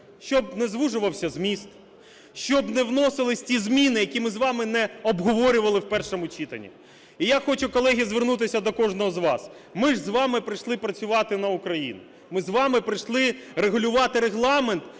щоб не звужувався зміст, щоб не вносились ті зміни, які ми з вами не обговорювали в першому читанні. І я хочу, колеги, звернутися до кожного з вас, ми ж вами прийшли працювати на Україну, ми з вами прийшли регулювати Регламент